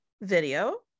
video